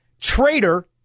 traitor